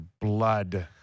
blood